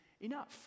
enough